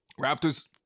Raptors